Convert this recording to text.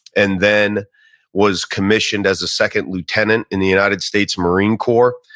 and then was commissioned as a second lieutenant in the united states marine corps.